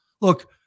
look